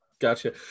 gotcha